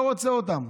לא רוצה אותם.